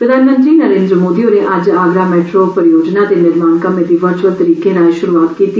प्रधानमंत्री नरेंद्र मोदी होरें अज्ज आगरा मेट्रो परियोजना दे निर्माण कम्में दी वर्चअल तरीके राए शुरुआत कीती